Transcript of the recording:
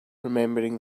remembering